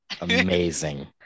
amazing